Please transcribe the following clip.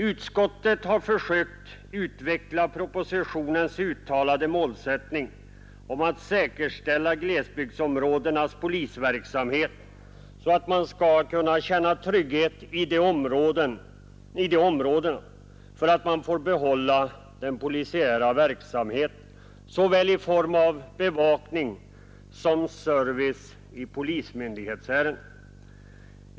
Utskottet har försökt utveckla propositionens uttalade målsättning om att säkerställa glesbygdsområdenas polisverksamhet, så att man i de områdena skall kunna känna sig trygg för att man får behålla den polisiära verksamheten beträffande såväl bevakning som service i polismyndighetsärenden.